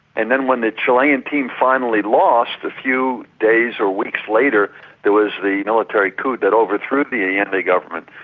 and then when the chilean team finally lost, a few days or weeks later there was the military coup that overthrew the allende government.